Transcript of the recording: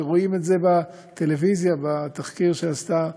כשרואים את זה בטלוויזיה בתחקיר שעשתה,